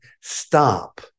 stop